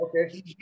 Okay